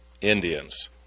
Indians